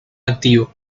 activo